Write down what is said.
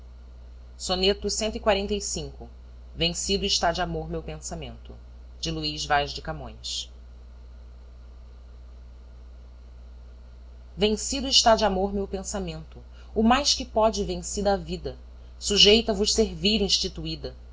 o mágico veneno que pôde transformar meu pensamento vencido está de amor meu pensamento o mais que pode vencida a vida sujeita a vos servir instituída